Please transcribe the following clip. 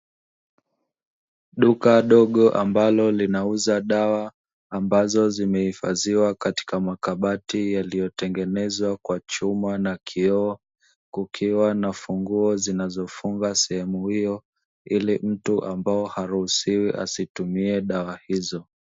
Duka dogo ambalo linauza dawa ambazo zime hifadhiwa katika makabati yalio tengenezwa kwa chuma na kioo, kukiwa na funguo zinazo funga sehemu hio ili mtu ambae haruhusiwi asitumie dawa hizo.